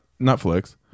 Netflix